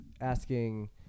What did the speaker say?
asking